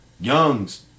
Young's